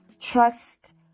Trust